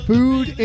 Food